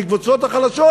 לקבוצת החלשות,